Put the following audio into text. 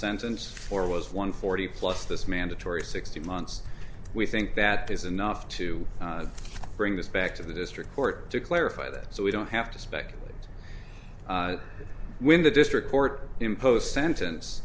sentence or was one forty plus this mandatory sixteen months we think that is enough to bring this back to the district court to clarify that so we don't have to speculate when the district court impose sentence